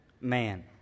man